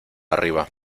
arriba